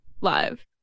live